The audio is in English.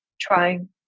trying